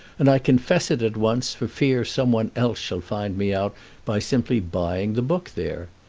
and i confess it at once, for fear some one else shall find me out by simply buying the book there.